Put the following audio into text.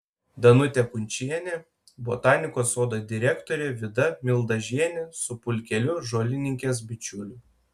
danutė kunčienė botanikos sodo direktorė vida mildažienė su pulkeliu žolininkės bičiulių